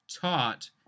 taught